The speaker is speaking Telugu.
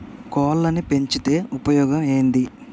కోళ్లని పెంచితే ఉపయోగం ఏంది?